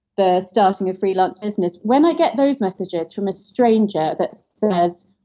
the starting a freelance business when i get those messages from a stranger that says,